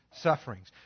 Sufferings